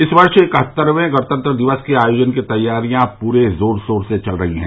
इस वर्ष इकहत्तरवें गणतंत्र दिवस के आयोजन की तैयारियां पूरे जोर शोर से चल रही हैं